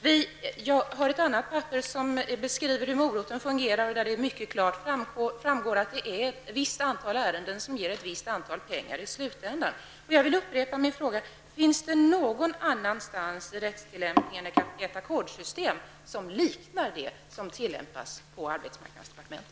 Jag har ett annat papper där det finns en beskrivning av hur ''Moroten'' fungerar och där det klart framgår att ett visst antal ärenden ger ett visst antal pengar i slutändan. Finns det någon annanstans i rättstillämpningen ett ackordssystem, som liknar det som tillämpas på arbetsmarknadsdepartementet?